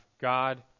God